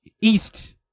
East